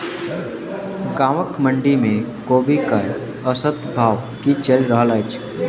गाँवक मंडी मे कोबी केँ औसत भाव की चलि रहल अछि?